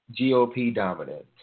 GOP-dominant